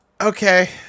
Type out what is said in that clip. okay